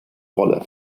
rolle